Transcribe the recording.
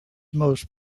most